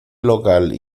local